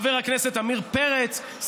חבר הכנסת עמיר פרץ,